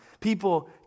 People